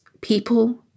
people